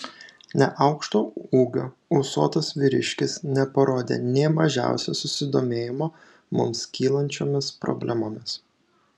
neaukšto ūgio ūsuotas vyriškis neparodė nė mažiausio susidomėjimo mums kylančiomis problemomis